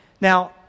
Now